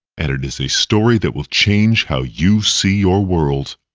and it is a story that will change how you see your world,